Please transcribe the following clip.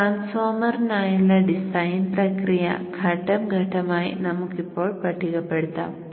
ട്രാൻസ്ഫോർമറിനായുള്ള design പ്രക്രിയ ഘട്ടം ഘട്ടമായി നമുക്ക് ഇപ്പോൾ പട്ടികപ്പെടുത്താം